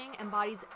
embodies